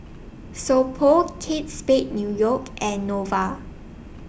So Pho Kate Spade New York and Nova